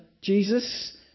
Jesus